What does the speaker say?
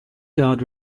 guard